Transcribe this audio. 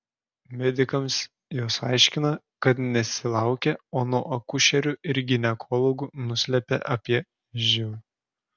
medikams jos aiškina kad nesilaukia o nuo akušerių ir ginekologų nuslepia apie živ